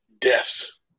deaths